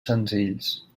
senzills